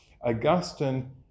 Augustine